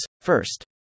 first